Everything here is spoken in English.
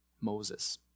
Moses